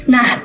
Nah